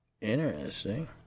Interesting